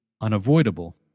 unavoidable